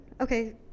okay